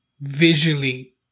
visually